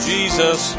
Jesus